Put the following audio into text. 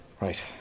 Right